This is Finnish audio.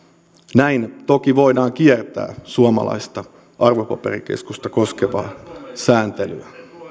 näin toki voidaan kiertää suomalaista arvopaperikeskusta koskevaa sääntelyä